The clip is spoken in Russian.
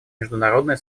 международная